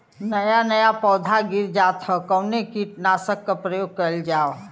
नया नया पौधा गिर जात हव कवने कीट नाशक क प्रयोग कइल जाव?